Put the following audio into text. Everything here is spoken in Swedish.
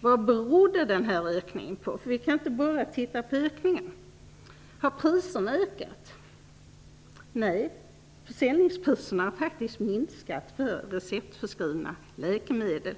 Vad berodde den här ökningen på? Vi kan inte bara titta på själva ökningen. Har priserna ökat? Nej, försäljningspriserna har faktiskt minskat för receptförskrivna läkemedel.